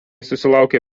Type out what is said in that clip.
susilaukė